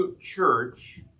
church